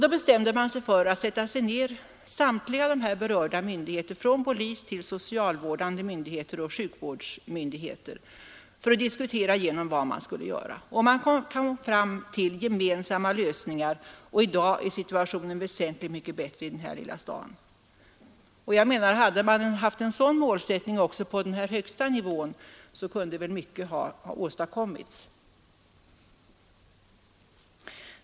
Då bestämde sig samtliga berörda myndigheter, från polis till socialvårdande myndigheter och sjukvårdsmyndigheter, för att diskutera igenom vad man skulle göra. Man kom fram till gemensamma lösningar, och i dag är situationen väsentligt bättre i denna lilla stad. Jag menar att om man hade haft en sådan målsättning också på högsta nivå, torde mycket ha kunnat åstadkommas.